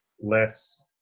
less